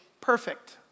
perfect